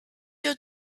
your